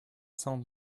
cent